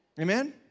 Amen